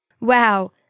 Wow